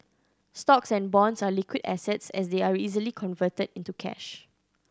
stocks and bonds are liquid assets as they are easily converted into cash